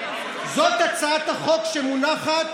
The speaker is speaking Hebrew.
זאת הצעת החוק שמונחת,